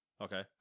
Okay